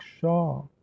shaw